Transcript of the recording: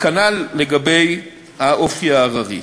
וכנ"ל לגבי האופי ההררי.